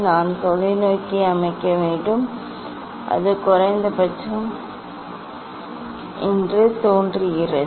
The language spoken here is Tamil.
நான் தொலைநோக்கியை அமைக்க வேண்டும் அது குறைந்தபட்சம் என்று தோன்றுகிறது